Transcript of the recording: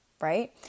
right